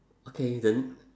okay the